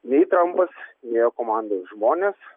nei trampas nei jo komandoj žmonės